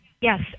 Yes